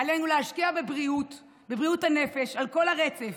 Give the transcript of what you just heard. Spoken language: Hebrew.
עלינו להשקיע בבריאות, בבריאות הנפש על כל הרצף: